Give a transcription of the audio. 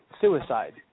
suicide